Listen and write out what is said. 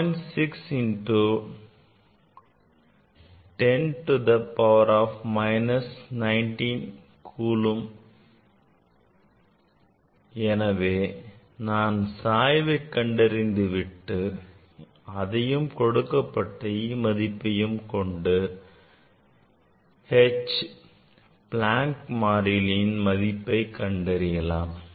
6 into 10 to the minus 19 coulomb எனவே நாம் சாய்வை கண்டறிந்து விட்டு அதையும் கொடுக்கப்பட்ட e மதிப்பையும் கொண்டு h Planck மாறியின் மதிப்பை கண்டறியலாம்